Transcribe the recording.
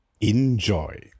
Enjoy